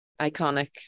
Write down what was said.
iconic